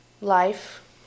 life